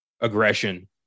aggression